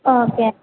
okay